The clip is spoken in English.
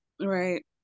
Right